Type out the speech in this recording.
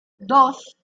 dos